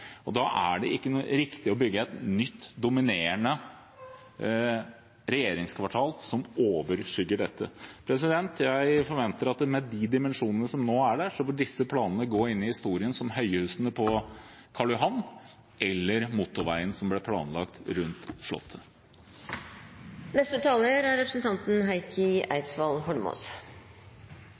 og da er det ikke riktig å bygge et nytt, dominerende regjeringskvartal som overskygger dette. Jeg forventer at med de dimensjonene som nå er der, vil disse planene gå inn i historien, som høyhusene på Karl Johan, eller som motorveien som ble planlagt rundt